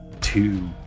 two